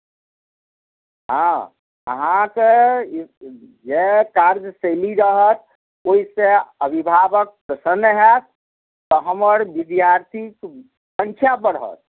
हँ अहाँके ई जे कार्यशैली रहत ओहिसँ अभिभावक प्रसन्न होयत तऽ हमर विद्यार्थीके सङ्ख्या बढ़त